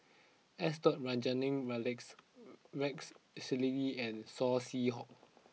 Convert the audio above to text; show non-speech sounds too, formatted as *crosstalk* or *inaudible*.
S Rajaratnam Rex *hesitation* Rex Shelley and Saw Swee Hock